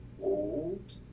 old